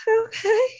okay